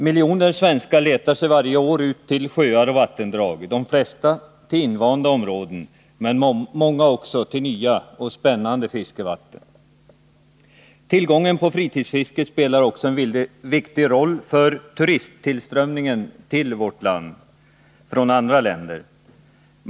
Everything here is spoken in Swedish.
Miljoner svenskar letar sig varje år ut till sjöar och vattendrag — de flesta till invanda områden, men många också till nya och spännande fiskevatten. Tillgången på fritidsfiske spelar också en viktig roll för turisttillströmningen från andra länder.